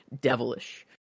devilish